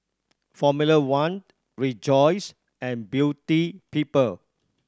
Formula One Rejoice and Beauty People